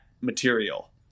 material